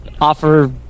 offer